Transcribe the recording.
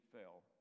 fell